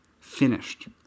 Finished